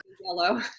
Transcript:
yellow